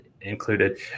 included